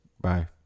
Bye